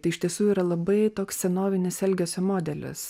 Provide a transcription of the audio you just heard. tai iš tiesų yra labai toks senovinis elgesio modelis